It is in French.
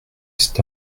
cet